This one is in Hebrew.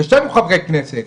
ושנינו חברי כנסת.